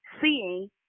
seeing